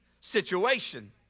situation